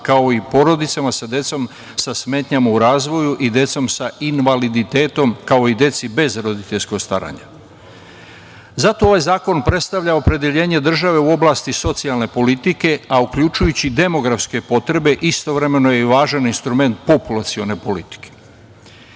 kao i porodicama sa decom sa smetnjama u razvoju i decom sa invaliditetom, kao i deci bez roditeljskog staranja. Zato ovaj zakon predstavlja opredeljenje države u oblasti socijalne politike, a uključujući i demografske potrebe istovremeno je i važan instrument populacione politike. Zakon